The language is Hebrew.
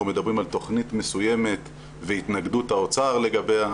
מדברים על תכנית מסוימת והתנגדות האוצר לגביה,